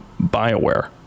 BioWare